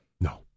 No